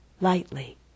lightly